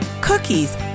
cookies